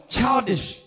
Childish